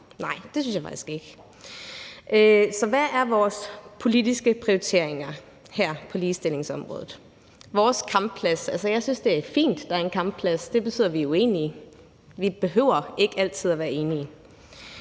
Nej, det synes jeg faktisk ikke. Så hvad er vores politiske prioriteringer her på ligestillingsområdet, vores kampplads? Jeg synes, det er fint, der er en kampplads. Det betyder, at vi er uenige. Vi behøver ikke altid at være enige.